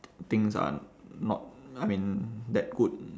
things are not I mean that good